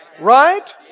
Right